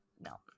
no